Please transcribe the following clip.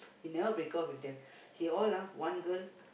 he never break off with them he all ah one girl